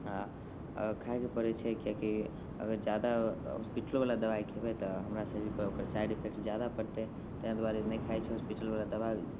आ खाएके पड़ैत छै किएकि अगर जादा हॉस्पिटलो बला दबाइ खयबै तऽ हमरा शरीर पर ओकर साइड इफेक्ट जादा पड़तै ताहि दुआरे नहि खाइत छियै हॉस्पिटल बला दबाइ